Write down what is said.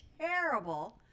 terrible